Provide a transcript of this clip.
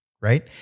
right